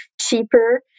cheaper